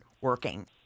working